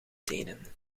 tenen